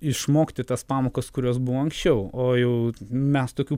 išmokti tas pamokas kurios buvo anksčiau o jau mes tokių